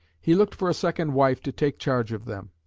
he looked for a second wife to take charge of them.